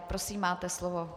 Prosím, máte slovo.